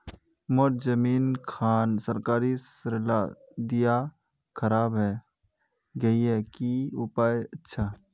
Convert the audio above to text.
मोर जमीन खान सरकारी सरला दीया खराब है गहिये की उपाय अच्छा?